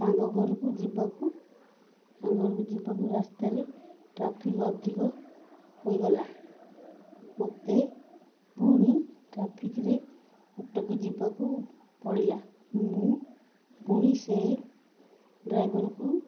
ସାଙ୍ଗ ଘରକୁ ଯିବାକୁ ସାଙ୍ଗ ଘରକୁ ଯିବାକୁ ରାସ୍ତାରେ ଟ୍ରାଫିକ୍ ଅଧିକ ହୋଇଗଲା ମୋତେ ପୁଣି ଟ୍ରାଫିକ୍ରେ ଅଟକ ଯିବାକୁ ପଡ଼ିଲା ମୁଁ ପୁଣି ସେ ଡ୍ରାଇଭରକୁ